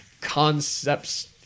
concepts